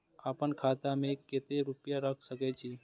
आपन खाता में केते रूपया रख सके छी?